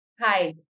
Hi